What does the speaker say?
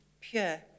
pure